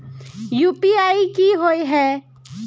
UPI की होय है?